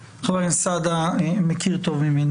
חבר הכנסת סעדה, בוודאי מכיר טוב ממני.